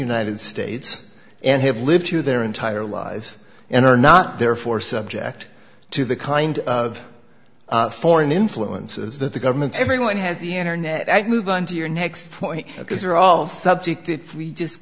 united states and have lived here their entire lives and are not therefore subject to the kind of foreign influences that the government everyone has the internet and move on to your next point because we are all subject if we just